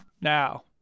Now